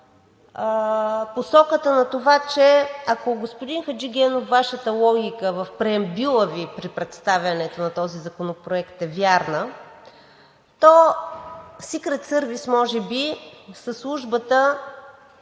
посоката на това, че ако, господин Хаджигенов, Вашата логика в преамбюла Ви при представянето на този законопроект е вярна, то Сикрет Сървиз може би са службата,